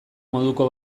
moduko